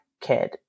kid